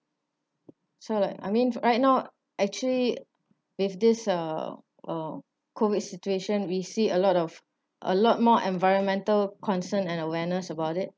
so like I mean right now actually with this uh COVID situation we see a lot of a lot more environmental concern and awareness about it